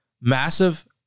Massive